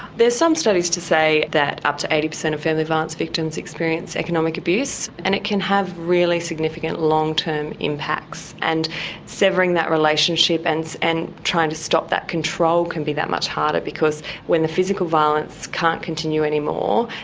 there's some studies to say that up to eighty percent of family violence victims experience economic abuse, and it can have really significant long-term impacts. and severing that relationship and and trying to stop that control can be that much harder, because when the physical violence can't continue anymore,